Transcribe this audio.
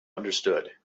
understood